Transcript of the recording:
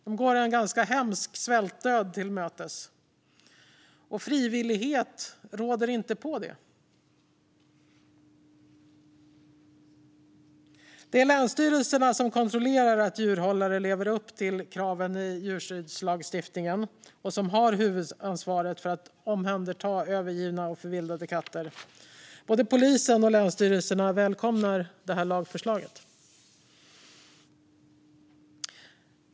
De går en ganska hemsk svältdöd till mötes. Frivillighet råder inte på det. Det är länsstyrelserna som kontrollerar att djurhållare lever upp till kraven i djurskyddslagstiftningen och som har huvudansvaret för att omhänderta övergivna och förvildade katter. Både polisen och länsstyrelserna välkomnar lagförslaget.